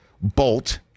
Bolt